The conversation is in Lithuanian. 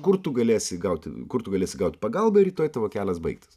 kur tu galėsi gauti kur tu galėsi gaut pagalbą ir rytoj tavo kelias baigtas